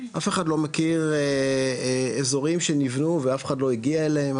אף אחד לא מכיר אזורים שנבנו ואף אחד לא הגיעו אליהם,